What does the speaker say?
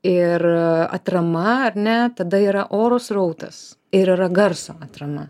ir atrama ar ne tada yra oro srautas ir yra garso atrama